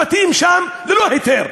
הבתים שם ללא היתר,